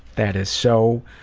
that is so